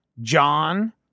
John